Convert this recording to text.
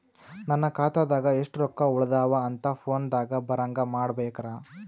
ನನ್ನ ಖಾತಾದಾಗ ಎಷ್ಟ ರೊಕ್ಕ ಉಳದಾವ ಅಂತ ಫೋನ ದಾಗ ಬರಂಗ ಮಾಡ ಬೇಕ್ರಾ?